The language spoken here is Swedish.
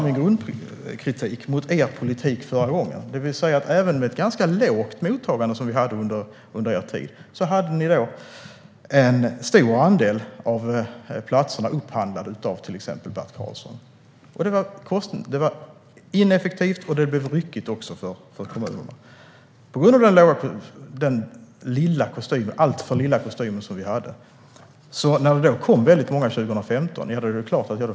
Min grundkritik mot er politik förra gången var att även med det ganska låga mottagande som Sverige hade under er tid upphandlades en stor del av platserna av till exempel Bert Karlsson. Det var ineffektivt, och det blev ryckigt för kommunerna. På grund av vår alltför lilla kostym fick vi handla upp fler platser när det kom väldigt många 2015.